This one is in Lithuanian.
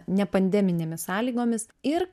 ne pandeminėmis sąlygomis ir